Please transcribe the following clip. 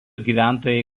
gyventojai